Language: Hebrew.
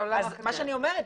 מה שאני אומרת,